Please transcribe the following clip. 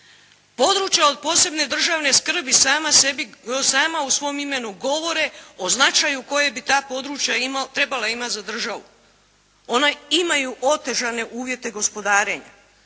Područja od posebne državne skrbi sama u svom imenu govore o značaju koje bi ta područja trebala imati za državu. Ona imaju otežane uvjete gospodarenja.